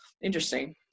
interesting